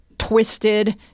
Twisted